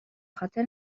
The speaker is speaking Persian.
خاطر